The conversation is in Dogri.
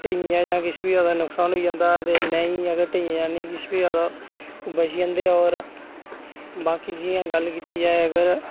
ते इयां गै किश बी अगर नुकसान होई जन्दा ते नेईं अगर तियें किश बी ज्यादे बची जन्दे होर बाकी जियां गल्ल कीती जाए अगर